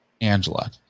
angela